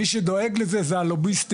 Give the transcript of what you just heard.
מי שדואג לזה זה הלוביסטים,